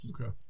Okay